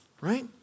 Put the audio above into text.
right